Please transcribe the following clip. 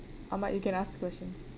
ahmad you can ask the questions